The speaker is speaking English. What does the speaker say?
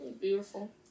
Beautiful